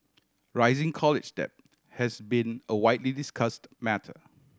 rising college debt has been a widely discussed matter